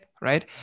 right